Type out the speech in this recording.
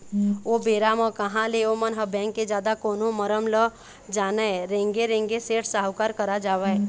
ओ बेरा म कहाँ ले ओमन ह बेंक के जादा कोनो मरम ल जानय रेंगे रेंगे सेठ साहूकार करा जावय